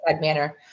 manner